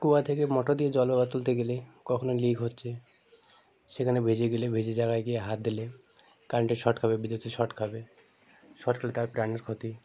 কুয়া থেকে মটর দিয়ে জল বা তুলতে গেলে কখনো লিক হচ্ছে সেখানে ভিজে গেলে ভিজে জায়গায় গিয়ে হাত দিলে কারেন্টের শক খাবে বিদ্যুতের শক খাবে শট খেলে তার প্রাণের ক্ষতি